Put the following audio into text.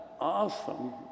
awesome